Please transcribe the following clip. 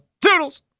Toodles